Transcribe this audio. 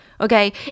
Okay